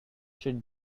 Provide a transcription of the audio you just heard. should